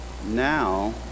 Now